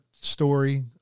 story